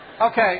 Okay